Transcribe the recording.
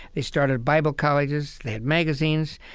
they started bible colleges. they had magazines.